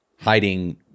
hiding